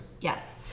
Yes